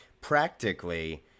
Practically